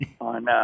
on